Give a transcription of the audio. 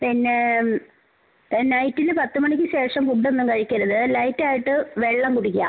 പിന്നെ നൈറ്റിന് പത്ത് മണിക്ക് ശേഷം ഫുഡൊന്നും കഴിക്കരുത് ലൈറ്റ് ആയിട്ട് വെള്ളം കുടിക്കുക